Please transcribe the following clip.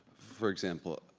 for example,